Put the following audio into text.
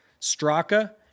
Straka